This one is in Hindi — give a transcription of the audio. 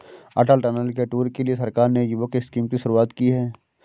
अटल टनल के टूर के लिए सरकार ने युवक स्कीम की शुरुआत की है